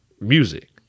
music